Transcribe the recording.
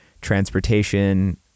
transportation